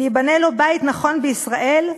ויבנה לו בית נכון בישראל,